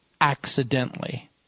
accidentally